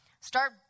start